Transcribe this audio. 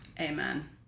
Amen